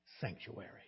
sanctuary